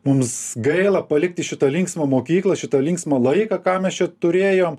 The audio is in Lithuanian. mums gaila palikti šitą linksmą mokyklą šitą linksmą laiką ką mes čia turėjom